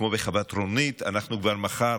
כמו בחוות רונית, אנחנו כבר מחר